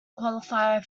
qualify